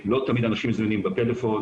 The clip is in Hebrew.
לא תמיד אנשים זמינים בטלפון,